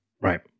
Right